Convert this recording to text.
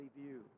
view